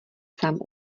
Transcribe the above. sám